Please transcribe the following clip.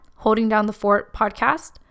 holdingdownthefortpodcast